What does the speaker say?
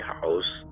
house